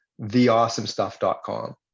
theawesomestuff.com